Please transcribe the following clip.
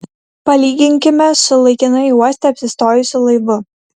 palyginkime su laikinai uoste apsistojusiu laivu